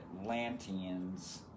Atlanteans